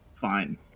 Fine